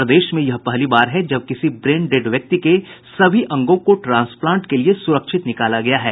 प्रदेश में यह पहली बार है जब किसी ब्रेन डेड व्यक्ति के सभी अंगों को ट्रांसप्लांट के लिए सुरक्षित निकाला गया है